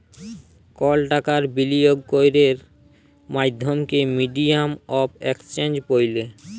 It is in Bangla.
কল টাকার বিলিয়গ ক্যরের মাধ্যমকে মিডিয়াম অফ এক্সচেঞ্জ ব্যলে